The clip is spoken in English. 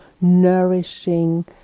nourishing